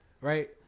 right